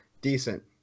decent